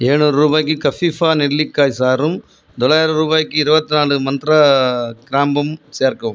எழுநுாறு ரூபாய்க்கு கஃபீவா நெல்லிக்காய்ச் சாறும் தொள்ளாயிரம் ரூபாய்க்கு இருபத்து நாலு மந்த்ரா கிராம்பும் சேர்க்கவும்